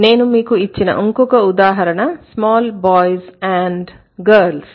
నేను మీకు ఇచ్చిన ఇంకొక ఉదాహరణ small boys and girls